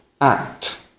act